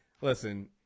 listen